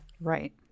Right